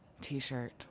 T-shirt